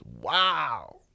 Wow